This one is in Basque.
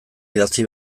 idatzi